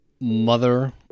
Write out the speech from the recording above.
mother